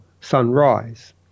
sunrise